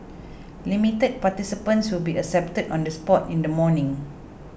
limited participants will be accepted on the spot in the morning